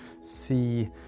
see